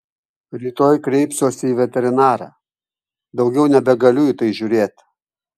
rytoj kreipsiuosi į veterinarą daugiau nebegaliu į tai žiūrėti